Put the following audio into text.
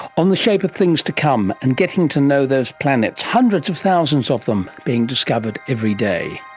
on the shape of things to come, and getting to know those planets, hundreds of thousands of them being discovered every day.